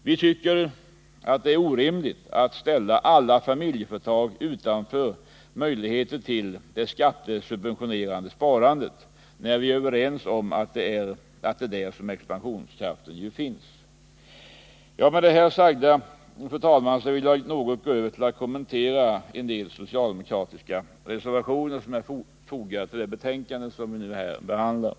Det är helt orimligt att ställa alla familjeföretag utanför möjligheten till det skattesubventionerade sparandet, när vi är överens om att det är där expansionskraften finns. Efter detta, fru talman, vill jag gå över till att kommentera några av de socialdemokratiska reservationer som är fogade till det betänkande som vi nu behandlar.